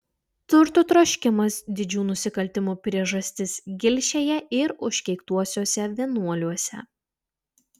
turtų troškimas didžių nusikaltimų priežastis gilšėje ir užkeiktuosiuose vienuoliuose